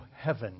heaven